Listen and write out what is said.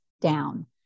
down